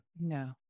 no